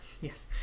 yes